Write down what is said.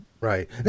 Right